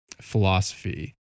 philosophy